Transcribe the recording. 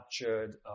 captured